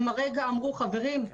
הם הרגע אמרו "חברים,